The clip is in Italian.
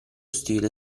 stile